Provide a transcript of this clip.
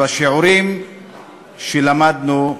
בשיעורים שלמדנו,